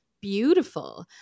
beautiful